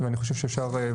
אני חושב שאפשר.